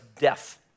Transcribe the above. death